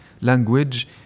language